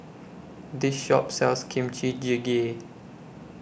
This Shop sells Kimchi Jjigae